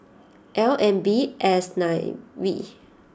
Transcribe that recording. L N B S nine V